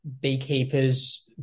beekeepers